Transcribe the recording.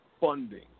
funding